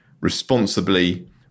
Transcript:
responsibly